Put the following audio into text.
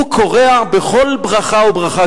הוא כורע בכל ברכה וברכה,